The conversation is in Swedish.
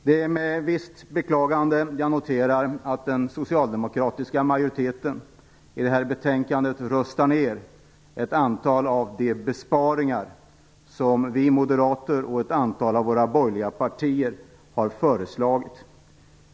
Det är med visst beklagande som jag noterar att den socialdemokratiska utskottsmajoriteten i detta betänkande vill rösta ned ett antal av de besparingar som vi moderater och ett antal av de borgerliga partierna har föreslagit.